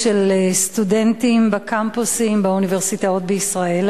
של סטודנטים בקמפוסים באוניברסיטאות בישראל.